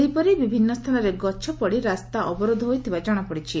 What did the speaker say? ସେହିପରି ବିଭିନ୍ନ ସ୍ଚାନରେ ଗଛପଡ଼ି ରାସ୍ତା ଅବରୋଧ ହୋଇଥିବା ଜଶାପଡ଼ିଛି